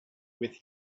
with